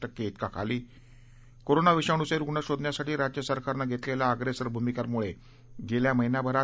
टक्के विका खाली कोरोना विषाणुचे रुग्ण शोधण्यासाठी राज्य सरकारनं घेतलेल्या अप्रेसर भूमिकेमुळे गेल्या महिनाभरात